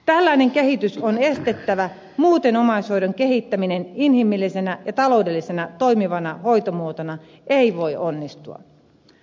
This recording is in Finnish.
tällainen kehitys on estettävä muuten omaishoidon kehittäminen inhimillisenä ja taloudellisena toimivana hoitomuotona ei voi onnistua